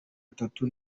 atatu